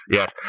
yes